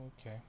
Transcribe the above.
okay